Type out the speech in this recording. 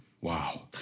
Wow